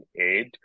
aid